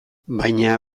baina